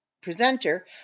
presenter